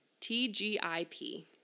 TGIP